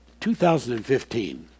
2015